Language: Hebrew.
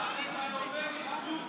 חברי הכנסת, נא לשמור על השקט.